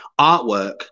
artwork